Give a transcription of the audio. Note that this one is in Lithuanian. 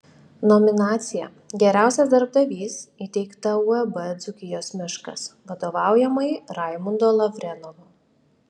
nominacija geriausias darbdavys įteikta uab dzūkijos miškas vadovaujamai raimundo lavrenovo